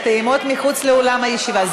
הטעימות מחוץ לאולם הישיבה.